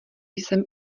jsem